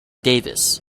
davis